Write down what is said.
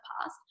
past